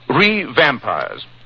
Re-vampires